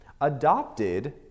adopted